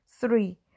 Three